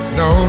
no